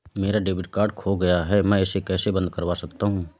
मेरा debit card खो गया है मैं इसे कैसे बंद करवा सकता हूँ?